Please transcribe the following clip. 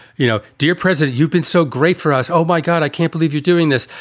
you know, dear president, you've been so great for us. oh, my god, i can't believe you're doing this.